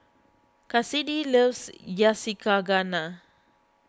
Kassidy loves Yakizakana